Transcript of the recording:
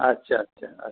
আচ্ছা আচ্ছা আচ্ছা